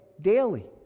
daily